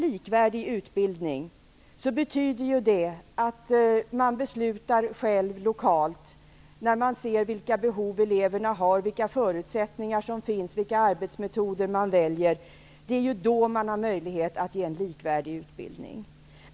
Likvärdig utbildning innebär att man beslutar lokalt när man ser vilka behov eleverna har, vilka förutsättningar som finns och vilka arbetsmetoder man kan välja. Det är då det blir möjligt med likvärdig utbildning.